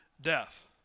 death